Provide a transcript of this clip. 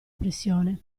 pressione